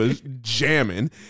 jamming